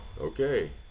okay